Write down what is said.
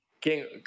King